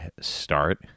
start